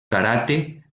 karate